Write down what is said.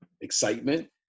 excitement